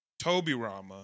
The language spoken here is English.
Tobirama